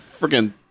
freaking